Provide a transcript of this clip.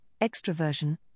extroversion